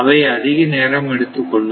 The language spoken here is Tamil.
அவை அதிக நேரம் எடுத்துக்கொள்ளும்